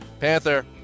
Panther